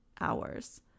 hours